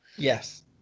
yes